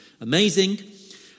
amazing